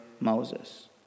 Moses